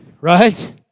right